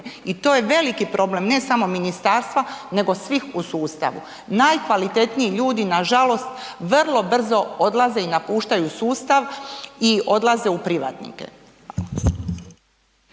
i to je veliki problem, ne samo ministarstva, nego svih u sustavu. Najkvalitetniji ljudi nažalost vrlo brzo odlaze i napuštaju sustav i odlaze u privatnike.